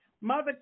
Mother